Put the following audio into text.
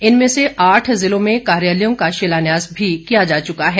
इनमें से आठ जिलों में कार्यालयों का शिलान्यास भी किया जा चुका है